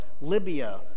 Libya